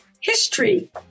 history